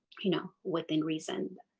you know, within reason,